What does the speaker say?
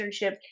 internship